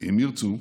אם ירצו,